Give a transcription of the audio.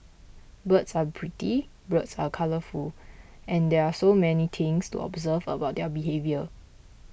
birds are pretty birds are colourful and there are so many things to observe about their behaviour